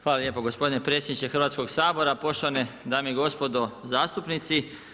Hvala lijepo gospodine predsjedniče Hrvatskoga sabora, poštovane dame i gospodo zastupnici.